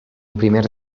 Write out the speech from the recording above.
primer